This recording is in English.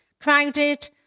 crowded